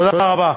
תודה רבה.